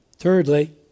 Thirdly